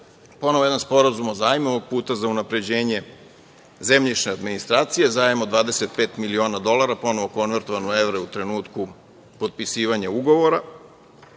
ponovo jedan sporazum o zajmu, ovog puta za unapređenje zemljišne administracije. Zajam od 25 miliona dolara, ponovo konvertovan u evre u trenutku potpisivanja ugovora.